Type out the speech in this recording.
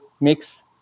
mix